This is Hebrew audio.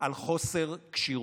על חוסר כשירות.